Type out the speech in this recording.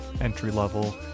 entry-level